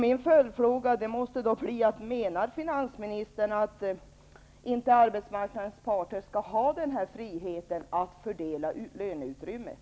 Min följdfråga blir då: Menar finansministern att arbetsmarknadens parter inte skall ha den här friheten att fördela löneutrymmet?